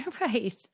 Right